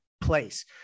place